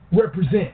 represent